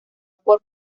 por